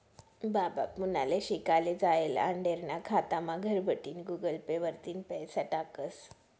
बाबा पुनाले शिकाले जायेल आंडेरना खातामा घरबठीन गुगल पे वरतीन पैसा टाकस